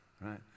right